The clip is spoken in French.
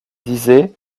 disait